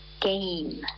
Game